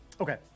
Okay